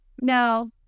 no